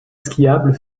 skiable